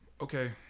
Okay